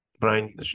Brian